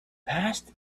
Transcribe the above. passed